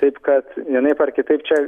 taip kad vienaip ar kitaip čia